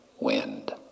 wind